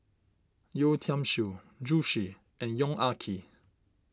Yeo Tiam Siew Zhu Xu and Yong Ah Kee